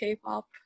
K-pop